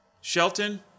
Shelton